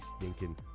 stinking